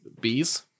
Bees